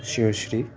শেয়শ্রী